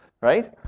right